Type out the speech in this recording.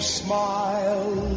smile